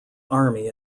army